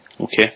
Okay